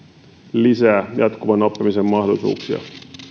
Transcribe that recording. lisää jatkuvan oppimisen mahdollisuuksia